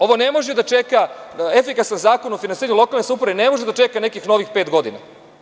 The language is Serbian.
Ovo ne može da čeka, efikasan zakon o finansiranju lokalne samouprave ne može da čeka nekih novih pet godina.